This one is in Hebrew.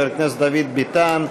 חבר הכנסת דוד ביטן,